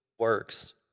works